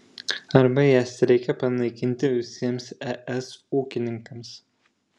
arba jas reikia panaikinti visiems es ūkininkams